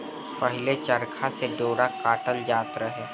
पहिले चरखा से डोरा काटल जात रहे